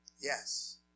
Yes